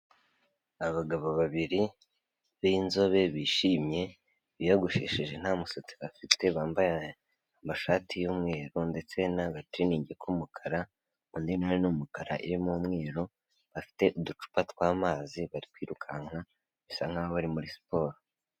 Abagabo babiri b'inzobe bishimye biyogoshesheje nta musatsi bafite, bambaye amashati y'umweru ndetse n'agatiriningi k'umukara, undi na we ni umukara, irimo umweru, bafite uducupa tw'amazi bari kwirukanka bisa nkaho bari muri siporo.